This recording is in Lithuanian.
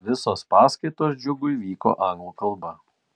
visos paskaitos džiugui vyko anglų kalba